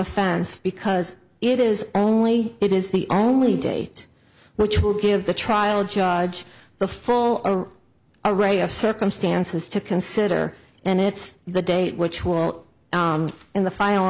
fense because it is only it is the only date which will give the trial judge the full of a ray of circumstances to consider and it's the date which will in the final